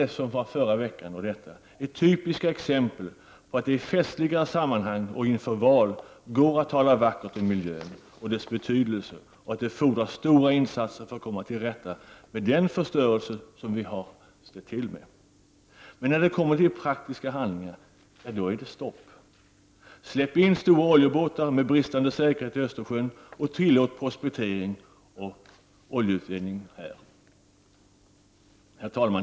Dessa båda betänkanden är typiska exempel på att det i festligare sammanhang och inför val går att tala vackert om miljön och dess betydelse och att det fordras stora insatser för att komma till rätta med den förstörelse som vi har ställt till med. Men när det kommer till de praktiska handlingarna, då är det stopp. Släpp in stora oljebåtar med bristande säkerhet i Östersjön och tillåt prospektering och utvinning av olja där! Herr talman!